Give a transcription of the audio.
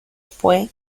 fue